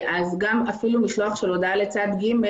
אפילו משלוח של הודעה לצד ג',